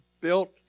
built